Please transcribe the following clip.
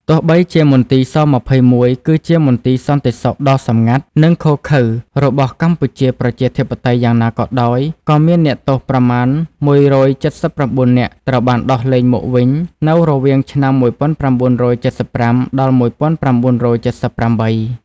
ទោះបីជាមន្ទីរ ស-២១ គឺជាមន្ទីរសន្តិសុខដ៏សម្ងាត់ និងឃោរឃៅ របស់កម្ពុជាប្រជាធិបតេយ្យ យ៉ាងណាក៏ដោយ ក៏មានអ្នកទោសប្រមាណ១៧៩ នាក់ត្រូវបានដោះលែងមកវិញនៅរវាងឆ្នាំ១៩៧៥ដល់១៩៧៨។